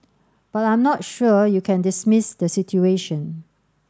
but I'm not sure you can dismiss the situation